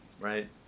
right